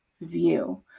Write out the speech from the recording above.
view